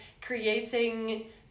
creating